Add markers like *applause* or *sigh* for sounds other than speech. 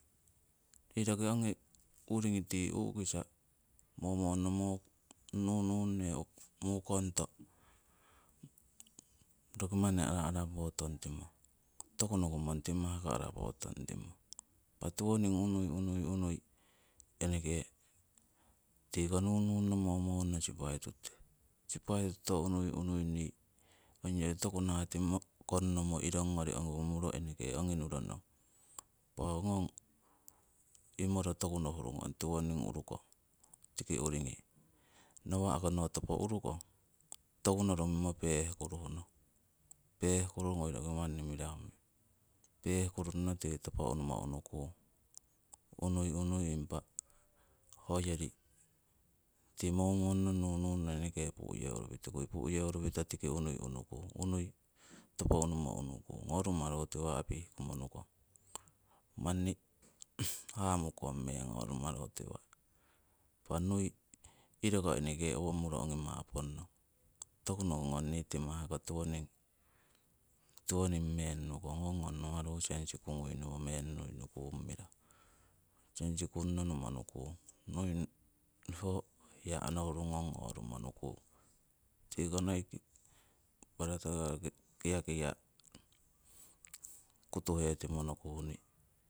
Nii roki ongi uringi tii u'kisa momone, nunu'e mukongto roki manni ara arapotong timong, toku nokongong timah ko arapotong timong, impa tiwoning unui unui unui eneke tiko nununno momonno sipai tuto. Sipai tuto unui unui nii ongori toku nahah timah kongnomo iro eneke ong ongi nurong. Impa ho ngong imoro toku nohuru ngong tiwoning urukong tiki uringi nawa'ko no topo urukong, toku noru mimo pehkurungong, pehkurungui roki manni mirahu, pehkurunno tiki topo unumo unukung. Unui unui impa hoyori tii momonno nununno eneke pu'yeurupitikui pu'yeurupito tiki unui unukung, unui topo unui unukung. Ho rumaru tiwa' pihkummo nukong. Manni *noise* hamukong meng ho rumaru tiwa' impa nui iroko eneke owo muro ongi mapon'ong toku nokongong timahko tiwoning, tiwoning meng nukong ho ngong rumaru sensikunguinowo meng nuinukung mirahu. Sensikunno numonukuung. nui ho hiya onohurungong ngorumo nukung. Tiko noi barata karo kiakia' kutuhetimo nohuhni